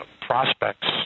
Prospects